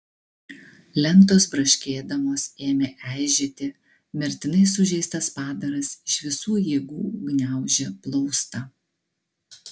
lentos braškėdamos ėmė eižėti mirtinai sužeistas padaras iš visų jėgų gniaužė plaustą